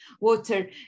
water